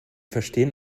verstehen